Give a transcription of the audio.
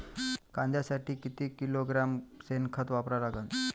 कांद्यासाठी किती किलोग्रॅम शेनखत वापरा लागन?